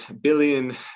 billion